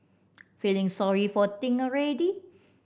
feeling sorry for Ting already